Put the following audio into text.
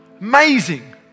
Amazing